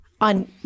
on